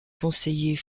conseiller